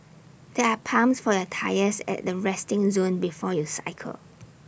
there are pumps for your tyres at the resting zone before you cycle